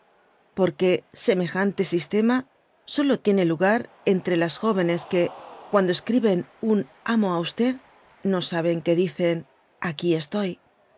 porque semejante sistema solo tiene lugar entre las jóvenes que cuando escriben un amo i no saben que dicen aqui estoy